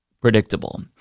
predictable